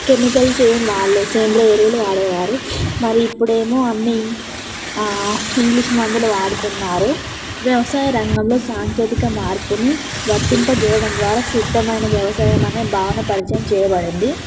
chemicals ఏమి వాడలేదు సేంద్రీయ ఎరువులు వాడేవారు మరి ఇప్పుడు ఏమో అన్నీ ఇంగ్లీష్ మందులు వాడుతున్నారు వ్యవసాయ రంగంలో సాంకేతిక మార్పుని వర్తింపచేయటం ద్వారా సిద్ధమైన వ్యవసాయం అనే భావన పరిచయం చేయబడింది